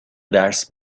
درس